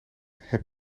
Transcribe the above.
heb